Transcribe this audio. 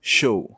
show